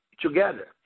together